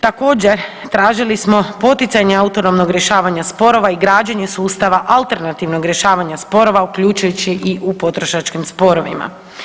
Također tražili smo poticanje autonomnog rješavanja sporova i građenje ustava alternativnog rješavanja sporova uključujući i u potrošačkim sporovima.